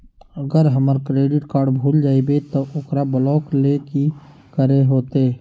अगर हमर credit card भूल जइबे तो ओकरा ब्लॉक लें कि करे होते?